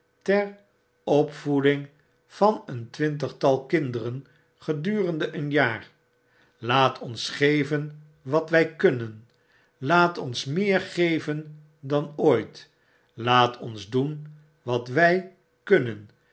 overdbukken een twintigtal kinderen gedurende een jaar laat ons geven wat wy kunnen laat ons nieer geven dan ooit laat ons doen wat wy kunnen